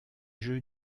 jeux